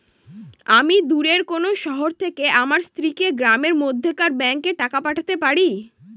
আমি দূরের কোনো শহর থেকে আমার স্ত্রীকে গ্রামের মধ্যেকার ব্যাংকে টাকা পাঠাতে পারি?